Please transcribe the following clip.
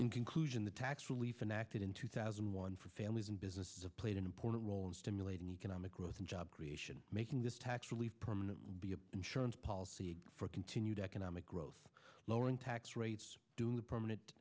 in conclusion the tax relief in acted in two thousand and one for families and businesses have played an important role in stimulating economic growth and job creation making this tax relief permanent be an insurance policy for continued economic growth lowering tax rates doing the permanent